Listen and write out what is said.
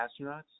astronauts